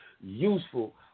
useful